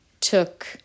took